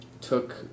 took